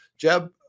Jeb